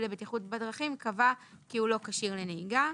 לבטיחות בדרכים קבע כי הוא לא כשיר לנהיגה.